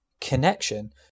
connection